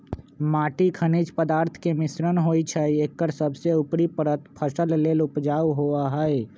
माटी खनिज पदार्थ के मिश्रण होइ छइ एकर सबसे उपरी परत फसल लेल उपजाऊ होहइ